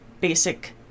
basic